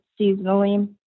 seasonally